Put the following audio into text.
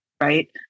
right